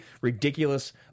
ridiculous